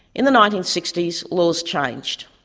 in the nineteen sixty s laws changed.